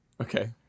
Okay